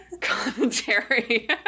commentary